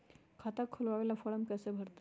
खाता खोलबाबे ला फरम कैसे भरतई?